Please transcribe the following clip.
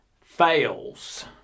fails